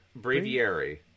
Braviary